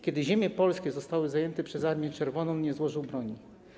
Kiedy ziemie polskie zostały zajęte przez Armię Czerwoną, nie złożył broni.